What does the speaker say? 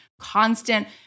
constant